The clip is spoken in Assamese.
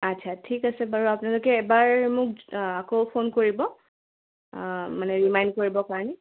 আচ্ছা ঠিক আছে বাৰু আপোনালোকে এবাৰ মোক আকৌ ফোন কৰিব মানে ৰিমাইণ্ড কৰিবৰ কাৰণে